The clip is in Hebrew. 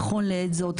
נכון לעת זו,